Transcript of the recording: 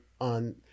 on